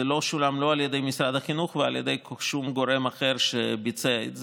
זה לא שולם לא על ידי משרד החינוך ולא על ידי שום גורם אחר שביצע את זה,